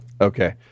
okay